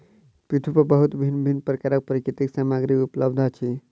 पृथ्वी पर बहुत भिन्न भिन्न प्रकारक प्राकृतिक सामग्री उपलब्ध अछि